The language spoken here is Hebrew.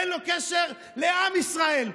אין לו קשר לעם ישראל.